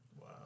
Wow